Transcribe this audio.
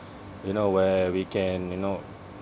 you know where we can you know